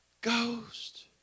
Ghost